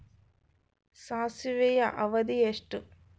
ಸಾಸಿವೆಯ ಅವಧಿ ಎಷ್ಟು?